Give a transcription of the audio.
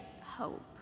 hope